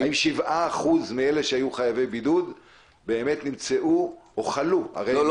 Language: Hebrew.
האם 7% מאלה שהיו חייבי בידוד באמת נמצאו או חלו --- לא,